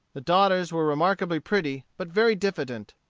the daughters were remarkably pretty, but very diffident.